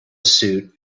suit